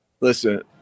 listen